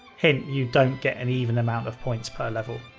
hint you don't get an even amount of points per level.